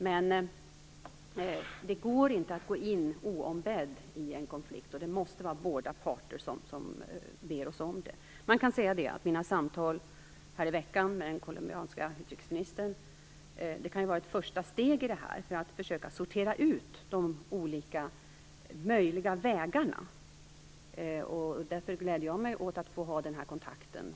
Men det går inte att gå in oombedd i en konflikt, utan det måste vara båda parterna som ber om det. Mina samtal med den colombianska utrikesministern kan vara ett första steg för att försöka sortera ut de olika möjliga vägarna. Därför gläder jag mig åt att ha den här kontakten.